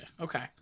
Okay